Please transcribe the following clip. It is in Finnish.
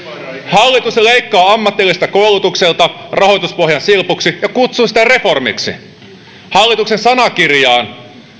hallitus leikkaa ammatilliselta koulutukselta rahoituspohjan silpuksi ja kutsuu sitä reformiksi hallituksen sanakirjaan